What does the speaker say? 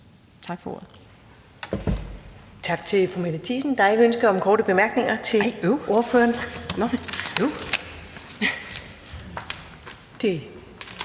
Tak for ordet.